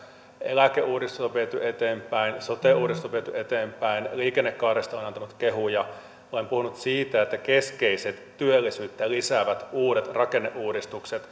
eläkeuudistus on viety eteenpäin sote uudistus on viety eteenpäin liikennekaaresta olen antanut kehuja olen puhunut siitä että keskeiset työllisyyttä lisäävät uudet rakenneuudistukset